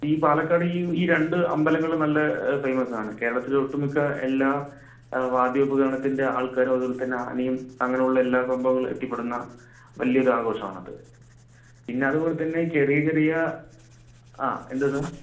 ഈ പാലക്കാട് ഈ ഈ രണ്ടു അമ്പലങ്ങളും നല്ല ഫേയ്മസാണ് കേരളത്തിലെ ഒട്ടുമിക്ക എല്ലാ വാദ്യോപകരണത്തിൻ്റെ ആൾക്കാരും അതുപോലെതന്നെ ആനയും അങ്ങനെയുള്ള എല്ലാ സംഭവങ്ങളും എത്തിപ്പെടുന്ന വലിയൊരു ആഘോഷമാണത് പിന്നെയതുപോലെത്തന്നെ ചെറിയ ചെറിയ ആ എന്താണ്